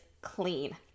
clean